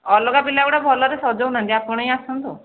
ଅଲଗା ପିଲାଗୁଡ଼ିକ ଭଲରେ ସଜାଉନାହାନ୍ତି ଆପଣ ହିଁ ଆସନ୍ତୁ